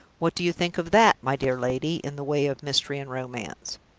what do you think of that, my dear lady, in the way of mystery and romance?